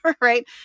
right